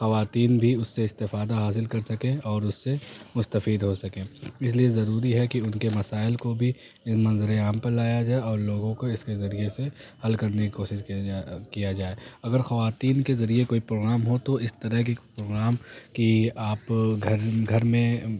خواتین بھی اس سے استفادہ حاصل کر سکیں اور اس سے مستفید ہو سکیں اس لیے ضروری ہے کہ ان کے مسائل کو بھی ان منظر عام پر لایا جائے اور لوگوں کو اس کے ذریعے سے حل کرنے کی کوشش کیا جائے کیا جائے اگر خواتین کے ذریعے کوئی پروگرام ہو تو اس طرح کی پروگرام کی آپ گھر گھر میں